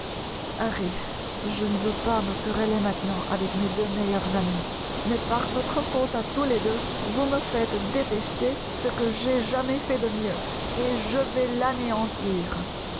je ne veux pas me quereller maintenant avec mes deux meilleurs amis mais par votre faute à tous les deux vous me faites détester ce que j'ai jamais fait de mieux et je vais l'anéantir